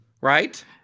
Right